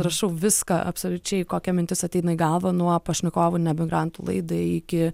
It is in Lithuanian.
rašau viską absoliučiai kokia mintis ateina į galvą nuo pašnekovų ne emigrantų laidai iki